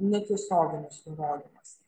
netiesioginis nurodymas